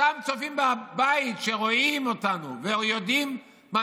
אותם צופים בבית שרואים אותנו ויודעים מה